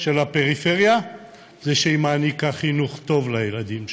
של הפריפריה זה שהיא מעניקה חינוך טוב לילדים שלנו,